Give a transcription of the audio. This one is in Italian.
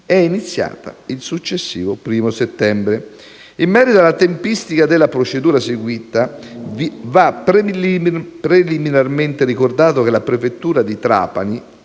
è iniziata il successivo 1° settembre. In merito alla tempistica della procedura seguita, va preliminarmente ricordato che la prefettura di Trapani,